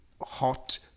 hot